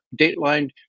dateline